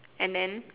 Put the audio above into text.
and then